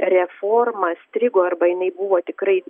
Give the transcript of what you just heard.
reforma strigo arba jinai buvo tikrai